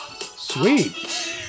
Sweet